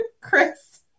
chris